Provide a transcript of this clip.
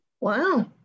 Wow